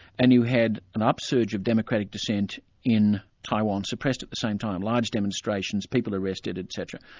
and you had an upsurge of democratic dissent in taiwan suppressed at the same time. large demonstrations, people arrested etc.